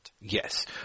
Yes